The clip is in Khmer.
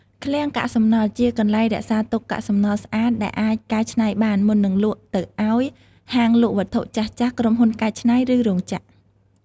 ឃ្លាំងកាកសំណល់ ជាកន្លែងរក្សាទុកកាកសំណល់ស្អាតដែលអាចកែច្នៃបាន មុននឹងលក់ទៅឲ្យហាងលក់វត្ថុចាស់ៗ ក្រុមហ៊ុនកែច្នៃ ឬរោងចក្រ។